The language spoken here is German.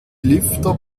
lüfter